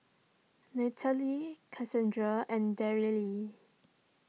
Nathaly Casandra and Darryle